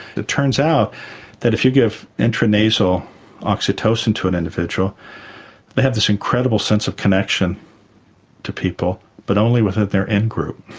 it turns out if you give intra-nasal oxytocin to an individual they have this incredible sense of connection to people, but only within their in-group.